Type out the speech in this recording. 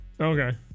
okay